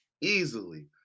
easily